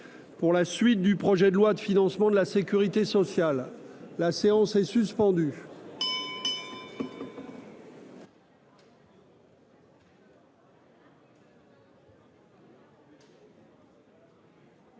pour la suite du projet de loi de financement de la Sécurité sociale, la séance est suspendue.